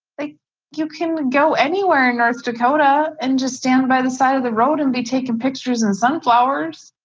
like you can go anywhere in north dakota and just stand by the side of the road and be taking pictures and sunflowers.